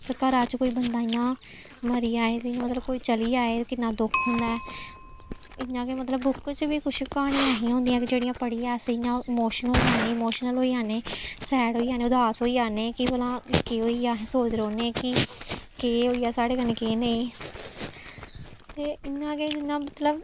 ते घरा च कोई बंदा इ'यां मरी जाए ते इ'यां मतलब कोई चली जाए ते किन्ना दुक्ख होंदा ऐ इ'यां गै मतलब बुक च बी कुछ क्हानियां ऐसियां होंदियां कि जेह्ड़ियां पढ़ियै अस इ'यां इमोशन इमोशनल होई जन्नें सैड होई जन्नें उदास होई जन्नें कि भला केह् होई गेआ अस एह् सोचदे रौह्न्नें कि केह् होई गेआ साढ़े कन्नै केह् नेईं ते इ'यां गै जि'यां मतलब